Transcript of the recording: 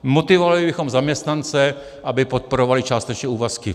Motivovali bychom zaměstnance , aby podporovali částečné úvazky.